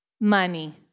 money